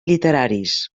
literaris